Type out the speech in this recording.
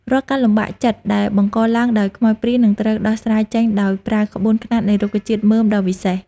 រាល់ការលំបាកចិត្តដែលបង្កឡើងដោយខ្មោចព្រាយនឹងត្រូវដោះស្រាយចេញដោយប្រើក្បួនខ្នាតនៃរុក្ខជាតិមើមដ៏វិសេស។